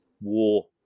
war